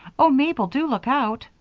oh, mabel! do look out!